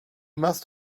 must